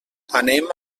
anem